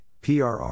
PRR